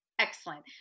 Excellent